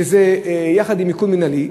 שזה יחד עם עיקול מינהלי,